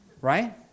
right